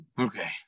okay